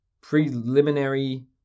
preliminary